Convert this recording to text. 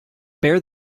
bear